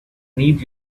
need